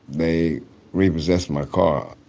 they repossessed my car,